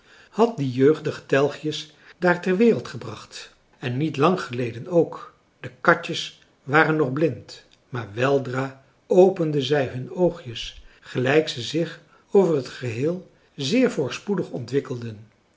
had die jeugdige telgjes daar ter wereld gebracht en niet lang geleden ook de katjes waren nog blind maar weldra openden zij hun oogjes gelijk ze zich over t geheel zeer voorspoedig ontwikkelden